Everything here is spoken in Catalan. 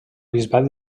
bisbat